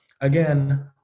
again